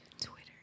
Twitter